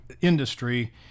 industry